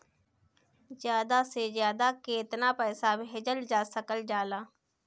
ज्यादा से ज्यादा केताना पैसा भेजल जा सकल जाला?